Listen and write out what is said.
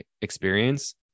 experience